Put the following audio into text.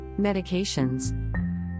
Medications